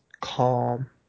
calm